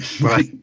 Right